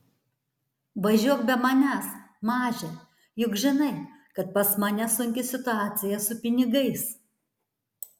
važiuok be manęs maže juk žinai kad pas mane sunki situaciją su pinigais